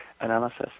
analysis